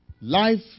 life